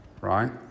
right